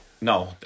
No